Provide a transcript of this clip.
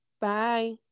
Bye